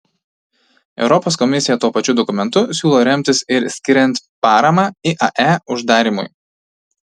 europos komisija tuo pačiu dokumentu siūlo remtis ir skiriant paramą iae uždarymui